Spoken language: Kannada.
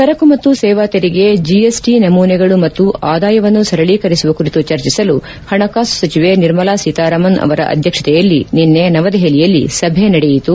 ಸರಕು ಮತ್ತು ಸೇವಾ ತೆರಿಗೆ ಜಿಎಸ್ಟಿ ನಮೂನೆಗಳು ಮತ್ತು ಆದಾಯವನ್ನು ಸರಳೀಕರಿಸುವ ಕುರಿತು ಚರ್ಚಿಸಲು ಹಣಕಾಸು ಸಚಿವೆ ನಿರ್ಮಲಾ ಸೀತಾರಾಮನ್ ಅವರ ಅಧ್ಯಕ್ಷತೆಯಲ್ಲಿ ನಿನ್ನೆ ನವದೆಹಲಿಯಲ್ಲಿ ಸಭೆ ನಡೆಯಿತು